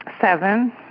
Seven